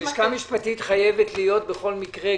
לשכה משפטית חייבת להיות בכל מקרה,